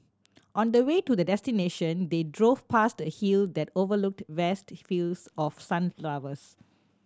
on the way to their destination they drove past a hill that overlooked vast fields of sunflowers